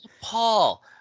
Paul